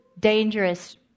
dangerous